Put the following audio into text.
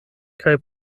kaj